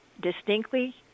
distinctly